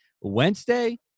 Wednesday